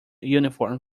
uniform